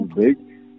big